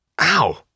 Ow